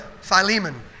Philemon